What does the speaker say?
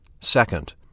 Second